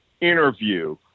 interview